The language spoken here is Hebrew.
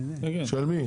של מי?